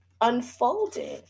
unfolding